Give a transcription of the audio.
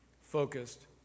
focused